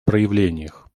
проявлениях